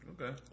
okay